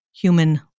human